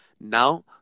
now